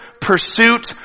pursuit